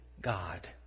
God